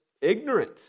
ignorant